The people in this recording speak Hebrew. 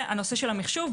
הנושא של המחשוב,